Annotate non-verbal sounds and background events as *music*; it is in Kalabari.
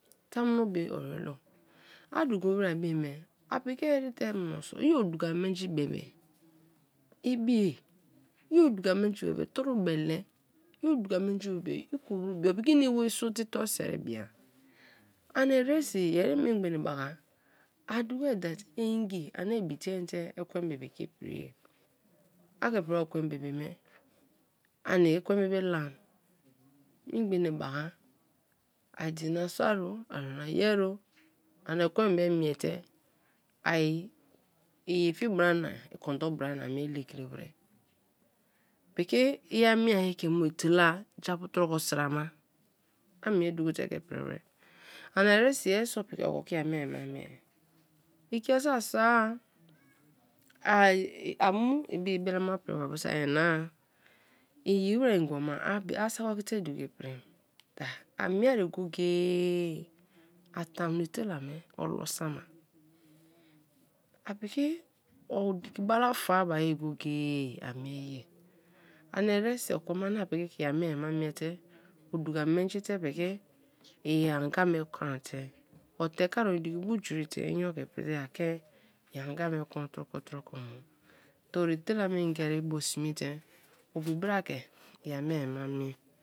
Tamuno be ori-olo, a duko wer bei me apiki erite mo so, i o duka menji bebe ibi-e, i o duka menji bebe torubele, i oduka menji bebe i kruru bia, opiki ini iworisote i torsheri bia ani eresi yeri memgba enebaka a duko that ngi ani ibi tein te ekwen bibi ke-ipriye, a ki ipri wer ekwen bibi me ani ekwen bibi lam, memgba nebaka idina sari, ani ye-o ani ekwen me miete ai i fie bra na i kondon bra na i mie la kri wer; piki i a mie ke mu etela ja-apu toruko sra ma a mie duko te ke-ipri wer ani eresi yer so piki o ke i amie ma miea, ikia so aso-a, *hesitation* amu i bi-i bele ma pri ba bo so a nyana-a; iyi wer ngibo na a saki oki te duko i prim a mie ye go-go-e a tamuno etela me olo sa ma, apiki o diki bala fa bai go-go-e a mie ye ani eresi oko me ani piki ke i a mie te o du ka menji te piki i anga me kon te o te ka oi idiki bujiri te inyo ke prite a ke i anga me kon troko troko mu; te ori etela me ngeri bu sme te obi bra ke i amiea ma mie.